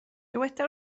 dyweda